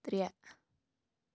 ترٛےٚ